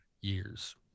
years